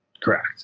Correct